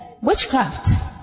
Witchcraft